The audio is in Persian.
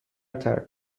ترک